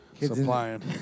supplying